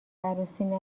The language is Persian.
عروسی